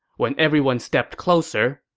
when everyone stepped closer,